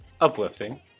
uplifting